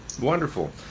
Wonderful